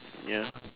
ya